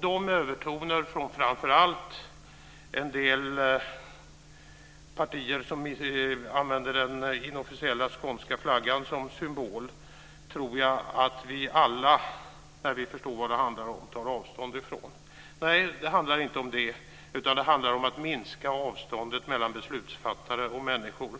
De övertoner från framför allt en del partier som använder den inofficiella skånska flaggan som symbol tror jag att vi alla tar avstånd ifrån när vi förstår vad det handlar om. Nej, detta handlar inte om det, utan det handlar om att minska avståndet mellan beslutsfattare och människor.